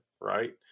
right